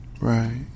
Right